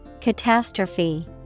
Catastrophe